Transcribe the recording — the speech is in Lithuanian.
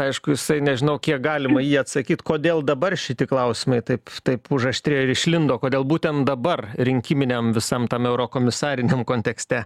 aišku jisai nežinau kiek galima į jį atsakyti kodėl dabar šitie klausimai taip taip už aštrėjo ir išlindo kodėl būtent dabar rinkiminiam visam tam eurokomisariniam kontekste